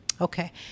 Okay